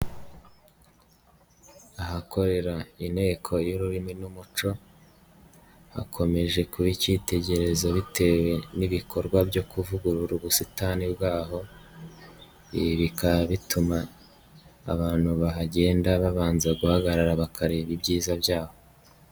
Ahakorera inteko y'ururimi n'umuco, hakomeje kuba ikitegererezo bitewe n'ibikorwa byo kuvugurura ubusitani bwaho, ibi bikaba bituma abantu bahagenda babanza guhagarara bakareba ibyiza byaho.